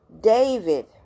David